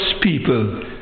people